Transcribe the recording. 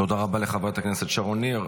תודה רבה לך, חברת הכנסת שרוו ניר.